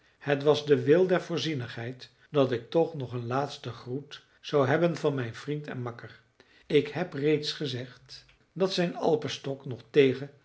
het was de wil der voorzienigheid dat ik toch nog een laatsten groet zou hebben van mijn vriend en makker ik heb reeds gezegd dat zijn alpenstok nog tegen